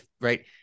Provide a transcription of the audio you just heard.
right